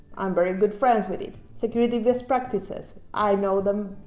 i'm very good friends with it. security best practices. i know them.